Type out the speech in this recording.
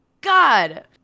God